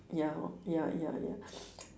ya hor ya ya ya